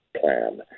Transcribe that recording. plan